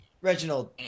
Reginald